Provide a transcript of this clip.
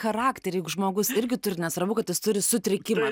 charakterį juk žmogus irgi turi nesvarbu kad jis turi sutrikimą